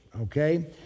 okay